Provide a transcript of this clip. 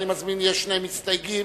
יש שני מסתייגים,